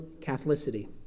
Catholicity